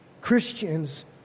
Christians